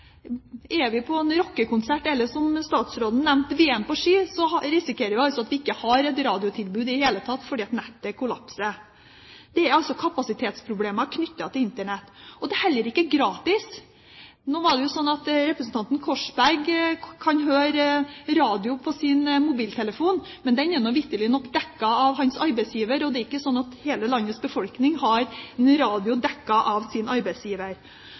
Er vi på en rockekonsert eller, som statsråden nevnte, VM på ski, risikerer vi at vi ikke har et radiotilbud i det hele tatt fordi nettet kollapser. Det er altså kapasitetsproblemer knyttet til Internett. Det er heller ikke gratis. Nå kan representanten Korsberg høre radio på sin mobiltelefon, men den er vitterlig dekket av hans arbeidsgiver, og det er ikke sånn at hele landets befolkning har en radio dekket av sin arbeidsgiver.